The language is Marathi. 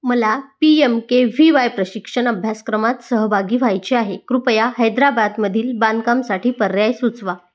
मला P M K V Y प्रशिक्षण अभ्यासक्रमात सहभागी व्हायचे आहे कृपया हैदराबादमधील बांधकामसाठी पर्याय सुचवा